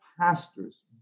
pastors